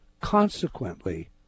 consequently